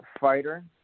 fighter